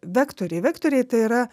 vektoriai vektoriai tai yra